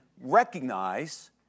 recognize